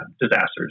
disasters